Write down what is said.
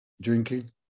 drinking